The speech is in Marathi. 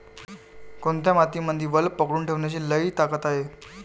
कोनत्या मातीमंदी वल पकडून ठेवण्याची लई ताकद हाये?